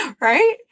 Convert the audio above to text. right